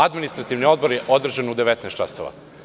Administrativni odbor je održan u 19,00 časova.